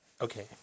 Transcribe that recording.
okay